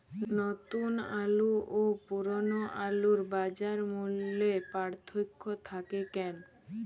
নতুন আলু ও পুরনো আলুর বাজার মূল্যে পার্থক্য থাকে কেন?